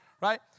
right